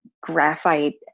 graphite